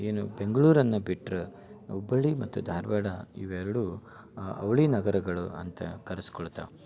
ಏನು ಬೆಂಗಳೂರನ್ನ ಬಿಟ್ರೆ ಹುಬ್ಬಳ್ಳಿ ಮತ್ತು ಧಾರವಾಡ ಇವು ಎರಡೂ ಅವಳಿ ನಗರಗಳು ಅಂತ ಕರ್ಸ್ಕೊಳ್ತಾವೆ